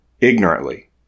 ignorantly